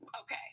okay